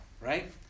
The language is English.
right